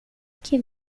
que